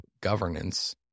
governance